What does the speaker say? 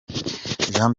jean